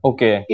Okay